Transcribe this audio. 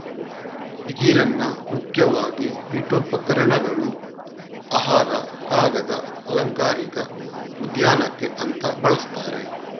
ಬಿದಿರನ್ನ ಮುಖ್ಯವಾಗಿ ಪೀಠೋಪಕರಣಗಳು, ಆಹಾರ, ಕಾಗದ, ಅಲಂಕಾರಿಕ ಉದ್ಯಾನಕ್ಕೆ ಅಂತ ಬಳಸ್ತಾರೆ